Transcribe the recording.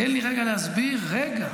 תן לי רגע להסביר, רגע.